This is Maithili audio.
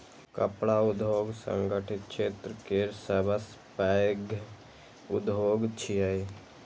कपड़ा उद्योग संगठित क्षेत्र केर सबसं पैघ उद्योग छियै